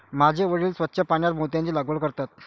माझे वडील स्वच्छ पाण्यात मोत्यांची लागवड करतात